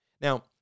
Now